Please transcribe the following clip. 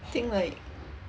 think like